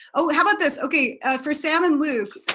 oh how about this? okay for sam and luke,